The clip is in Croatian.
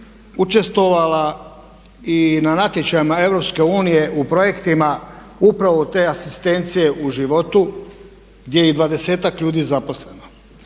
učestvovala i na natječajima EU u projektima upravo te asistencije u životu gdje je i dvadesetak ljudi zaposleno.